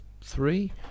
three